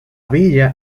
villa